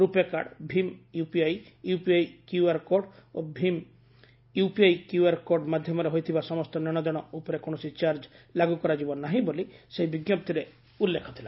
ରୁପେ card ଭୀମ୍ UPI UPI QR code ଓ ଭୀମ୍ ୟୁପିଆଇ କ୍ୟୁଆର କୋଡ୍ ମାଧ୍ୟମରେ ହୋଇଥିବା ସମସ୍ତ ନେଶଦେଶ ଉପରେ କୌଣସି ଚାର୍ଜ ଲାଗୁ କରାଯିବ ନାହିଁ ବୋଲି ସେହି ବିଞ୍କପ୍ତିରେ ଉଲ୍ଲେଖ ଥିଲା